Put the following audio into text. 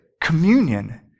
communion